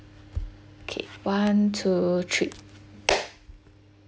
okay one two three